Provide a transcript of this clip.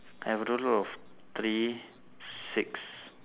I have a total of three six